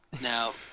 now